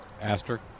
Aster